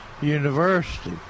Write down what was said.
University